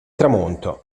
tramonto